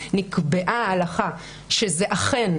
נקבעה הלכה שאכן,